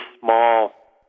small